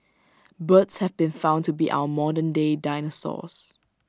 birds have been found to be our modernday dinosaurs